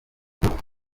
yanze